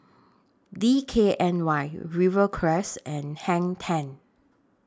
D K N Y Rivercrest and Hang ten